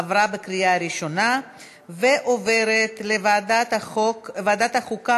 עברה בקריאה ראשונה ועוברת לוועדת חוקה,